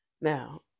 Now